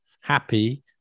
happy